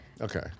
Okay